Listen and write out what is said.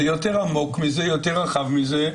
זה יותר עמוק ורחב מזה,